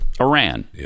Iran